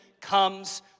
comes